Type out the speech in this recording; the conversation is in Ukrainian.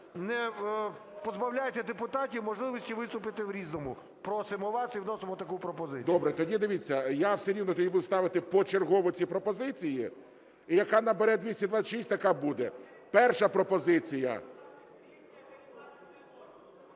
не позбавляйте депутатів можливості виступити в "Різному". Просимо вас і вносимо таку пропозицію. ГОЛОВУЮЧИЙ. Добре. Тоді, дивіться, я все рівно тоді буду ставити почергово ці пропозиції. І яка набере 226, така й буде. Перша пропозиція.